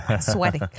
Sweating